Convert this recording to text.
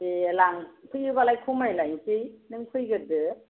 दे लांफैयोबालाय खामायलायनोसै नों फैग्रोदो